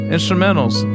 Instrumentals